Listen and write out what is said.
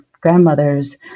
grandmothers